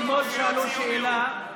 אתה, חבר הכנסת ווליד, אתמול שאלו שאלה,